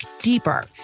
deeper